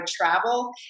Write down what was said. travel